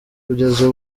kugeza